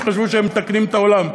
שחשבו שהם מתקנים את העולם.